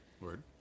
Word